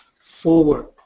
forward